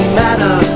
matter